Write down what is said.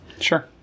Sure